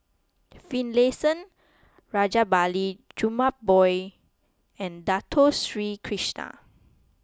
Finlayson Rajabali Jumabhoy and Dato Sri Krishna